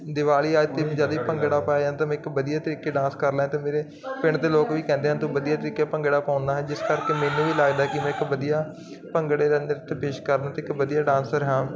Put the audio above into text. ਦਿਵਾਲੀ ਆਦਿ ਤੇ ਜਿਆਦੀ ਭੰਗੜਾ ਪਾਇਆ ਜਾਂਦਾ ਮੈਂ ਇੱਕ ਵਧੀਆ ਤਰੀਕੇ ਡਾਂਸ ਕਰ ਲੈ ਤੇ ਮੇਰੇ ਪਿੰਡ ਦੇ ਲੋਕ ਵੀ ਕਹਿੰਦੇ ਤੂੰ ਵਧੀਆ ਤਰੀਕੇ ਭੰਗੜਾ ਪਾਉਂਦਾ ਹੈ ਜਿਸ ਕਰਕੇ ਮੈਨੂੰ ਵੀ ਲੱਗਦਾ ਕਿ ਮੈਂ ਇੱਕ ਵਧੀਆ ਭੰਗੜੇ ਦਾ ਨ੍ਰਿੱਤ ਪੇਸ਼ ਕਰਨਾ ਤੇ ਇੱਕ ਵਧੀਆ ਡਾਂਸਰ ਹਾਂ